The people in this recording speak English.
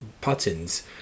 patterns